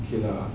okay lah